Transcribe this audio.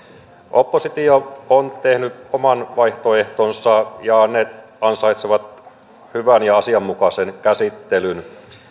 oppositio on tehnyt omat vaihtoehtonsa ja ne ansaitsevat hyvän ja asianmukaisen käsittelyn